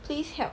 please help